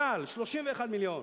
"כלל" 31 מיליון.